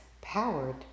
powered